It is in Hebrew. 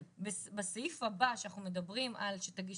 בסעיף הבא שאנחנו מדברים על שתגיש